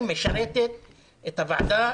היא משרתת את הוועדה,